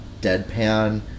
deadpan